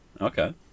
Okay